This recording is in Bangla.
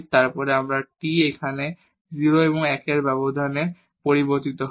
এবং তারপর এই t এখানে 0 এবং 1 ব্যবধানে পরিবর্তিত হয়